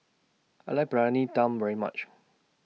I like Briyani Dum very much